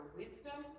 wisdom